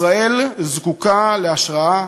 ישראל זקוקה להשראה,